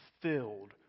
filled